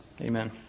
Amen